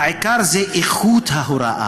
העיקר זה איכות ההוראה,